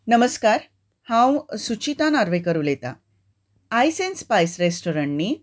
नमस्कार हांव सुचिता नार्वेकर उलयतां आयस एन स्पायस रॅस्टोरंट न्ही